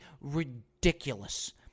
ridiculous